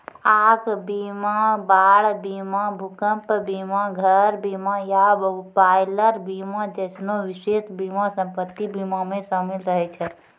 आग बीमा, बाढ़ बीमा, भूकंप बीमा, घर बीमा या बॉयलर बीमा जैसनो विशेष बीमा सम्पति बीमा मे शामिल रहै छै